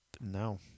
No